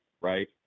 right